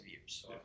years